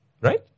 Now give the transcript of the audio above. right